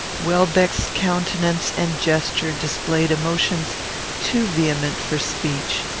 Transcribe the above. welbeck's countenance and gesture displayed emotions too vehement for speech.